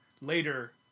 later